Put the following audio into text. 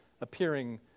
appearing